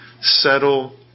settle